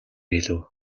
хэлэв